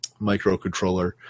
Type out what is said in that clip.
microcontroller